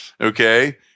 Okay